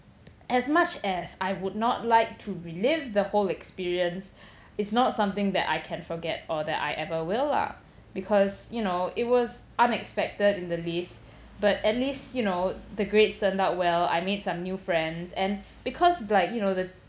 as much as I would not like to relive the whole experience it's not something that I can forget or that I ever will lah because you know it was unexpected in the least but at least you know the grades turned out well I made some new friends and because like you know the